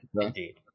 Indeed